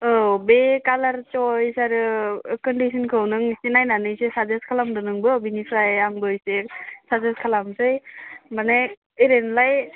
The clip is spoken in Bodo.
औ बे कालार सइच आरो कण्डिसनखौ नों इसे नायनानै एसे साजेस्ट खालामदो नोंबो बेनिफ्राय आंबो इसे साजेस्ट खालामनोसै माने ओरैनोलाय